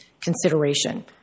consideration